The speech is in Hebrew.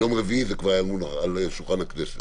ביום רביעי זה כבר היה על שולחן הכנסת.